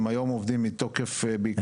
הם היום עובדים מתוקף פקודת הדייג.